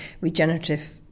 regenerative